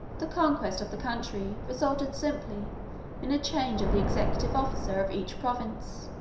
the conquest of the country resulted simply in a change of the executive officer of each province.